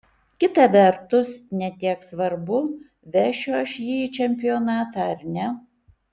kita vertus ne tiek svarbu vešiu aš jį į čempionatą ar ne